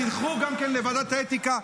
תלכו גם לוועדת האתיקה.